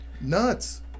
nuts